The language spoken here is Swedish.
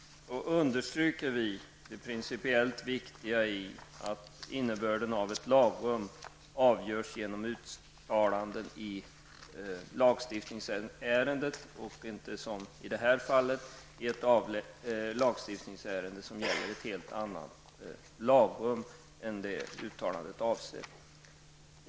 Vi understryker det principiellt viktiga i att innebörden av ett lagrum avgörs genom uttalanden i lagstiftningsärendet och inte som i det här fallet i ett lagstiftningsärende som gäller ett helt annat lagrum än det uttalandet avser. Herr talman!